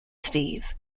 steve